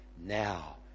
now